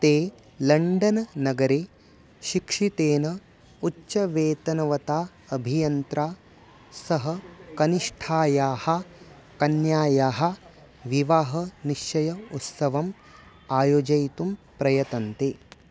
ते लण्डन् नगरे शिक्षितेन उच्चवेतनवता अभियन्त्रेण सह कनिष्ठायाः कन्यायाः विवाहनिश्चयम् उत्सवम् आयोजयितुं प्रयतन्ते